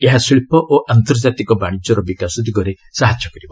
ଏହା ଶିଳ୍ପ ଓ ଆନ୍ତର୍ଜାତିକ ବାଣିଜ୍ୟର ବିକାଶ ଦିଗରେ ସାହାଯ୍ୟ କରିବ